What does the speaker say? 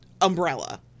umbrella